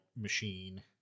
machine